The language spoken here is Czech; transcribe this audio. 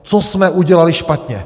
Co jsme udělali špatně?